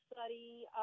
study